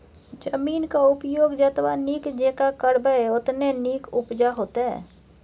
जमीनक उपयोग जतबा नीक जेंका करबै ओतने नीक उपजा होएत